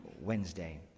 wednesday